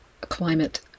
Climate